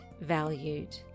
valued